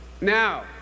Now